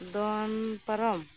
ᱫᱚᱱ ᱯᱟᱨᱚᱢ